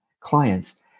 clients